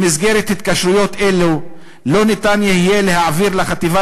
במסגרת התקשרויות אלו לא ניתן יהיה להעביר לחטיבה